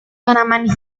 tanaman